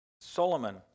solomon